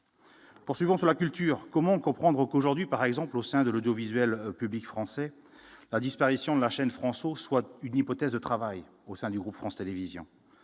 Poursuivant sur la culture, comment comprendre qu'aujourd'hui par exemple, au sein de l'audiovisuel public français la disparition de la chaîne France soit une hypothèse de travail au sein du groupe France Télévisions